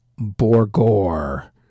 Borgore